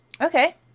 Okay